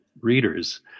readers